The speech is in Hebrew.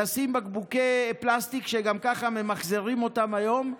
לשים בקבוקי פלסטיק, שגם ככה ממחזרים אותם היום,